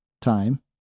time